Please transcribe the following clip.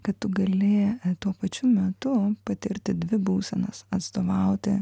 kad tu gali tuo pačiu metu patirti dvi būsenas atstovauti